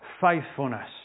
faithfulness